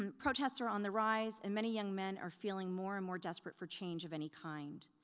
um protests are on the rise and many young men are feeling more and more desperate for change of any kind.